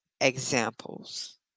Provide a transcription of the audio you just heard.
examples